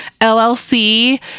LLC